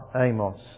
Amos